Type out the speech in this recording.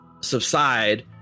subside